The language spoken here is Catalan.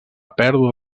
pèrdua